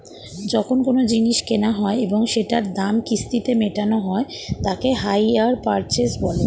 যখন কোনো জিনিস কেনা হয় এবং সেটার দাম কিস্তিতে মেটানো হয় তাকে হাইয়ার পারচেস বলে